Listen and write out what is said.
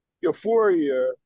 Euphoria